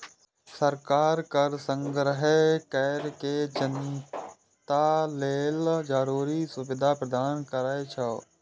सरकार कर संग्रह कैर के जनता लेल जरूरी सुविधा प्रदान करै छै